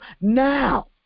now